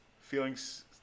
Feelings